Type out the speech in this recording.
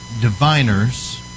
diviners